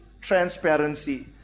transparency